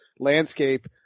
landscape